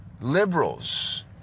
liberals